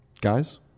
Guys